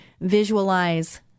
visualize